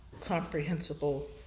comprehensible